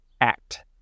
act